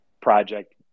project